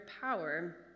power